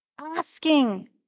asking